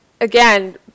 again